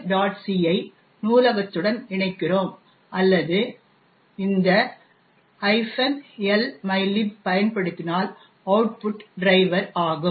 c ஐ நூலகத்துடன் இணைக்கிறோம் அல்லது இந்த L mylib பயன்படுத்தினால் அவுட்புட் driver ஆகும்